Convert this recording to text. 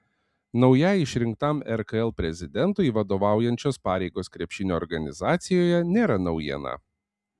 naujai išrinktam rkl prezidentui vadovaujančios pareigos krepšinio organizacijoje nėra naujiena